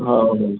हा ओके